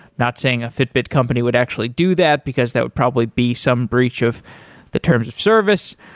not saying a fitbit company would actually do that, because that would probably be some breach of the terms of service.